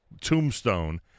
tombstone